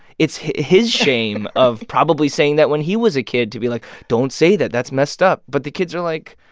it's his shame, of probably saying that when he was a kid, to be like don't say that. that's messed up. but the kids are like,